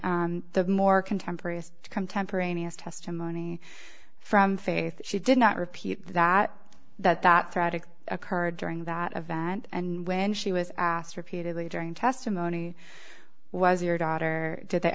the more contemporary is contemporaneous testimony from faith that she did not repeat that that that tragic occurred during that event and when she was asked repeatedly during testimony was your daughter did they